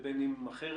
ובן אם אחרת.